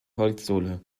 holzsohle